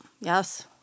Yes